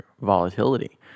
volatility